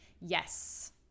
Yes